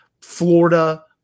Florida